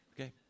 Okay